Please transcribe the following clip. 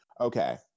Okay